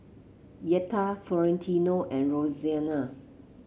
Yetta Florentino and Roseanna